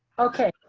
okay.